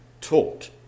taught